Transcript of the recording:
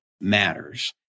matters